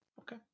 Okay